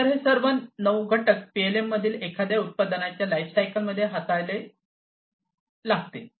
तर हे सर्व भिन्न नऊ घटक पीएलएममधील एखाद्या उत्पादनाच्या लाइफसायकल मध्ये हाताळावे लागतील